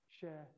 share